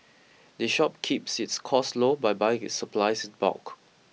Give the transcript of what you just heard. the shop keeps its costs low by buying its supplies in bulk